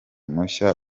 mushya